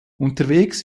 unterwegs